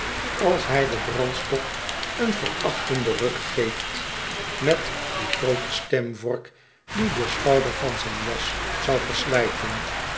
als hij den brandstok een verachtonden ruk geeft met die groote stemvork die den schouder van zijn jas zou verslijten